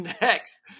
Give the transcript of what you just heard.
next